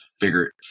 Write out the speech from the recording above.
figure